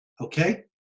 okay